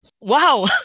Wow